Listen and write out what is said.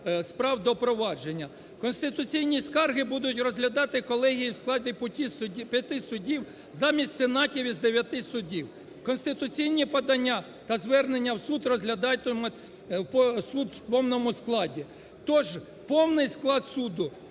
справ до провадження. Конституційні скарги будуть розглядати колегії в складі п'яти суддів замість сенатів із дев'яти суддів. Конституційні подання та звернення в суд розглядатимуть суд в повному складі. Тож повний склад суду